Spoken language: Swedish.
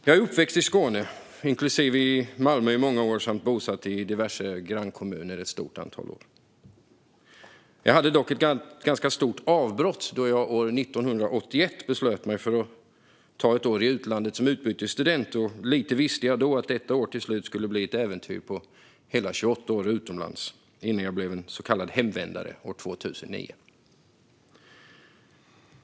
Jag är uppväxt i Skåne, inklusive Malmö i många år, samt har varit bosatt i diverse grannkommuner ett stort antal år. Jag hade dock ett ganska stort avbrott, då jag år 1981 beslöt mig för att ta ett år i utlandet som utbytesstudent. Lite visste jag då att detta år till slut skulle bli ett äventyr på hela 28 år utomlands, innan jag blev en så kallad hemvändare år 2009.